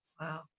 Wow